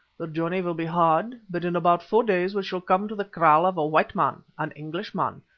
the journey will be hard, but in about four days we shall come to the kraal of a white man, an englishman,